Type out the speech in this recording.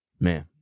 Man